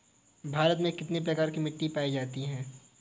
भारत में कितने प्रकार की मिट्टी पाई जाती है?